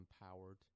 empowered